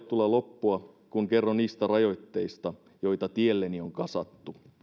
tulla loppua kun kerron niistä rajoitteista joita tielleni on kasattu